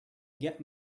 get